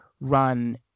run